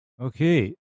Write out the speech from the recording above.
Okay